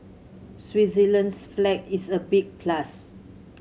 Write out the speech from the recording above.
Switzerland's flag is a big plus